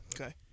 Okay